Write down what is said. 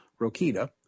Rokita